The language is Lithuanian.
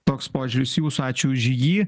toks požiūris jūsų ačiū už jį